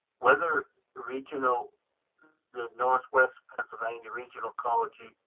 whether regional the northwest pennsylvania regional college.